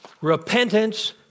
repentance